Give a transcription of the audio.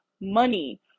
money